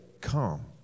come